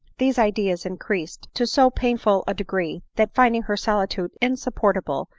these ideas increased to so painful a degree, that finding her solitude insupportable,